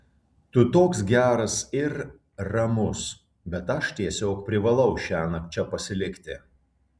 tu toks geras ir ramus bet aš tiesiog privalau šiąnakt čia pasilikti